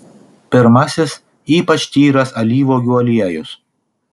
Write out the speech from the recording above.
pirmasis ypač tyras alyvuogių aliejus